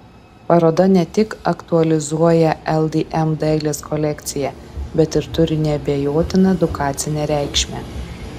paroda ne tik aktualizuoja ldm dailės kolekciją bet ir turi neabejotiną edukacinę reikšmę